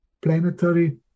planetary